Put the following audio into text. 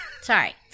Sorry